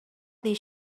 this